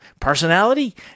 personality